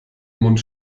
mund